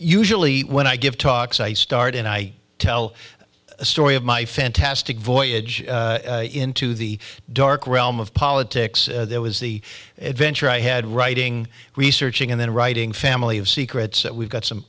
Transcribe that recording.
sually when i give talks i start and i tell a story of my fantastic voyage into the dark realm of politics there was the adventure i had writing researching and then writing family of secrets that we've got some